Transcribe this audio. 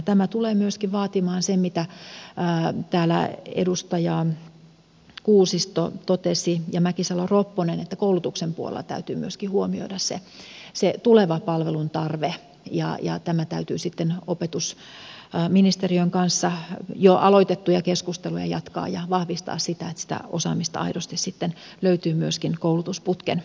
tämä tulee myöskin vaatimaan sen mitä täällä edustajat kuusisto ja mäkisalo ropponen totesivat että koulutuksen puolella täytyy myöskin huomioida se tuleva palveluntarve ja tästä täytyy opetusministeriön kanssa jo aloitettuja keskusteluja jatkaa ja vahvistaa sitä että sitä osaamista aidosti sitten löytyy myöskin koulutusputken kautta